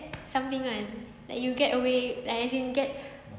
something one like you get away like as in get